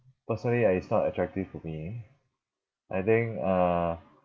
personally I it's not attractive to me I think uh